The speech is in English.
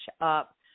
up